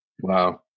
Wow